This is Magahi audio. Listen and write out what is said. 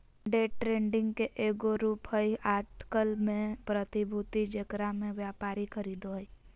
डे ट्रेडिंग के एगो रूप हइ अटकल में प्रतिभूति जेकरा में व्यापारी खरीदो हइ